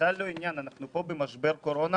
אנחנו כאן במשבר קורונה